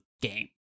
game